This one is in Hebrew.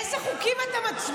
על אילו חוקים אתה מצביע?